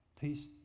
Peace